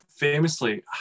Famously